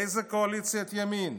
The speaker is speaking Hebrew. איזה קואליציית ימין?